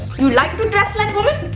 you like to dress like woman?